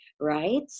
right